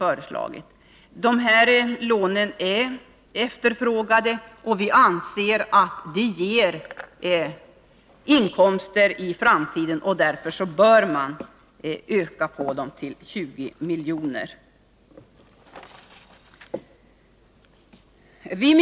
Dessa lån är efterfrågade, och vi anser att de bidrar till framtida inkomster. Därför bör de ökas på till 20 milj.kr.